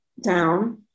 down